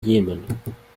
jemen